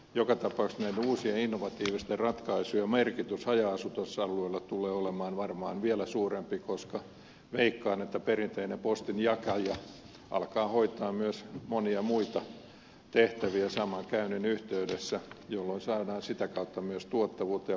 joka tapauksessa näiden uusien innovatiivisten ratkaisujen merkitys haja asutusalueella tulee olemaan varmaan vielä suurempi koska veikkaan että perinteinen postinjakaja alkaa hoitaa myös monia muita tehtäviä saman käynnin yh teydessä jolloin saadaan sitä kautta myös tuottavuutta ja palvelutasoa maaseudulle